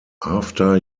after